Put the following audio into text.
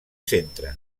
centre